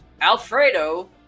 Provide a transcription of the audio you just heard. Alfredo